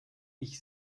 ich